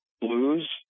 blues